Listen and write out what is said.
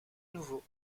nouveau